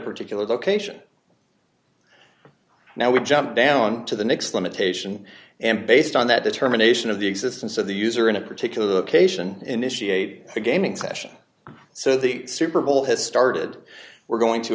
particular location now would jump down to the next limitation and based on that determination of the existence of the user in a particular location initiate a gaming session so the super bowl has started we're going to